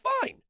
fine